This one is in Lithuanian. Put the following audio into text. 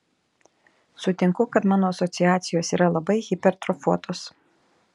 sutinku kad mano asociacijos yra labai hipertrofuotos